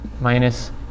minus